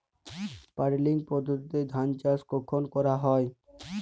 Puddling পদ্ধতিতে ধান চাষ কখন করা হয়?